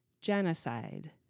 genocide